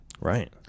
right